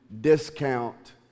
discount